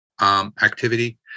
activity